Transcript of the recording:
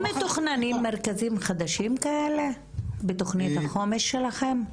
מתוכננים מרכזים חדשים כאלה בתוכנית החומש שלכם?